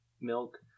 milk